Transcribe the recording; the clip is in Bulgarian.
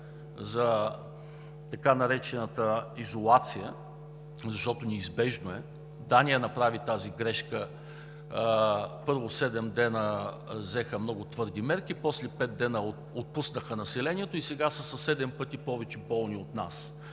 за така наречената изолация, защото неизбежно е. Дания направи тази грешка – първо седем дни взеха много твърди мерки, после пет дни отпуснаха населението и сега са със седем пъти повече болни от нас.